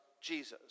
Jesus